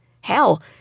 Hell